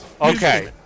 Okay